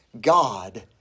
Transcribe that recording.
God